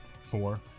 Four